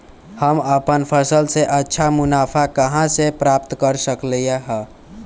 हम अपन फसल से अच्छा मुनाफा कहाँ से प्राप्त कर सकलियै ह?